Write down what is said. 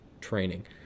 training